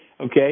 Okay